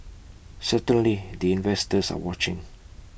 certainly the investors are watching